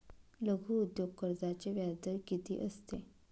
लघु उद्योग कर्जाचे व्याजदर किती असते?